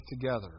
together